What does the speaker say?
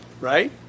Right